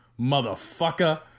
motherfucker